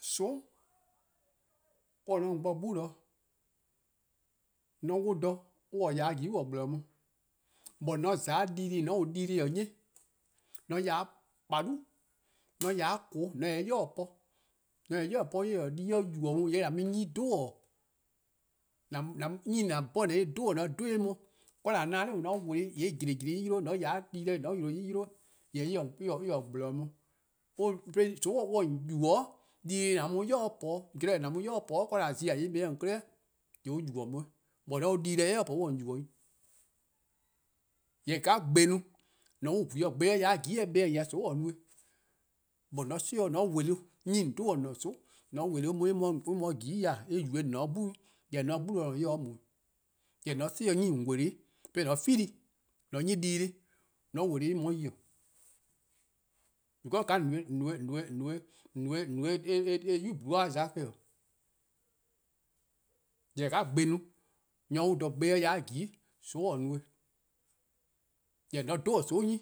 :Soon' :mor on :ne 'de :on 'bo 'gbu, :mor :on 'wluh dha, an-a' :ya 'de :jini, an :gble-dih on. Jorwor: :mor :on :za 'de dii-deh+ :on ta-uh dii-a 'nyi, :mor :on :ya 'de :kpalu', :on :ya 'de :koo' :on ta 'o en ybei' dih po, :mor eh taa-ih 'de :mor en yubo on :yee' an mu-eh 'nyne :dhu-dih. 'nyne :an 'bhorn :on 'ye-ih-a 'dhu dih :mor :on 'dhu dih on, :kaa :an na-dih 'de nao' :mor :on 'da-ih :yee' :gblih gblih en ye de, :mor :on :ya 'de di-deh :yee' eh yi de, jorwor: enn-' :gble-dih on. :mor :soon' 'ye :on yubo:, dii-deh+ :an mu-a 'o ybei dih po, :mor zorn zen :an mu-a 'o ybei-dih po-:mor :on taa zi :yee' on kpa 'klei' 'weh :yee' on yubo :on 'weh. :mor :on se-uh dd-deh ybei' po on :se-' :om yubo 'i. Jorwor: :ka gbe-a no no-a :mor :on 'wluh duh ba-' 'de gbe-a :jini' eh kpa 'de :on ya :soon-a no-eh, jorwor :mor :on 'si-dih 'de :on 'ye-uh wele: :mor :on wele-uh, 'nyne :on 'dhu-a :an-a'a: :soon' :mor :on wele-uh, on mu 'de :jini' :ya :yee' on yubo-eh :on :ne 'de 'gbu 'weh jorwor: :mo :on se 'de 'gbu :ne on :se 'de mu 'i. :jorwor: :mor :on si-dih 'nyne :on :wele-dih-a 'de :on 'feel-dih-a, 'de :on nyi-a dii-deh :mor :on wele-eh en mu 'de yi. Because ka :on no eh 'yu-yu: ti bo za-eh. Jorwoe: :ka gbe-a no, :mor :on 'wluh dha 'de gbe-a ya 'de :jini':soon'-a no-eh. Jorwor: :mor :on 'dhu-dih :soon' nyne,